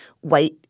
white